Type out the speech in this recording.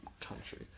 country